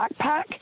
backpack